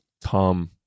Tom